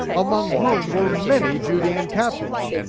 among whom were many judean captives.